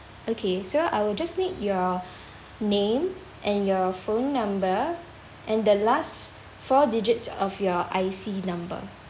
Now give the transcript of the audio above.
okay so I will just need your name and your phone number and the last four digits of your I_C number